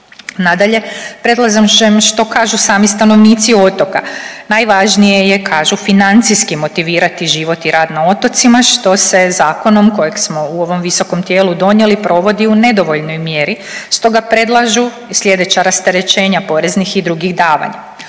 Nadalje, predlažem što kažu sami stanovnici otoka, najvažnije je kažu financijski motivirati život i rad na otocima što se zakonom kojeg smo u ovom visokom tijelu donijeli provodi u nedovoljnoj mjeri, stoga predlažu slijedeća rasterećenja poreznih i drugih davanja.